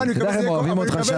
אתה יודע איך הם אוהבים אותך שם?